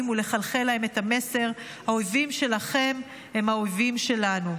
ולחלחל להם את המסר: האויבים שלכם הם האויבים שלנו.